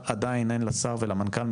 עדיין אין לשר ולמנכל,